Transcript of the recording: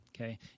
Okay